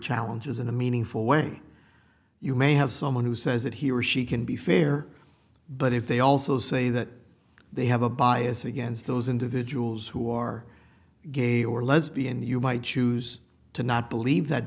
challenges in a meaningful way you may have someone who says that he or she can be fair but if they also say that they have a bias against those individuals who are gay or lesbian you might choose to not believe that